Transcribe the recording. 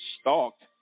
stalked